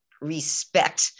respect